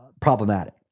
problematic